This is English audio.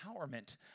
empowerment